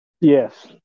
Yes